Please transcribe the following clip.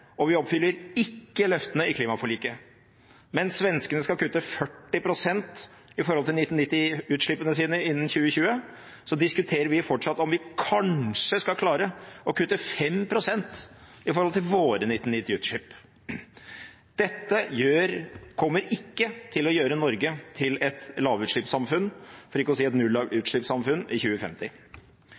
og vi oppfyller ikke løftene i klimaforliket. Mens svenskene skal kutte 40 pst. i forhold til 1990-utslippene sine innen 2020, diskuterer vi fortsatt om vi kanskje skal klare å kutte 5 pst. i forhold til våre 1990-utslipp. Dette kommer ikke til å gjøre Norge til et lavutslippssamfunn, for ikke å si et nullutslippssamfunn, i 2050.